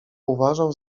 uważał